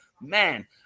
man